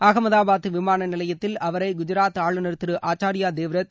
அமகதாபாத் விமான நிலையத்தில் அவரை குஜராத் ஆளுநர் திரு ஆச்சாரியா தேவ்ரத்